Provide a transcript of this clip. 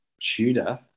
shooter